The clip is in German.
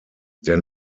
der